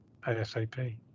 ASAP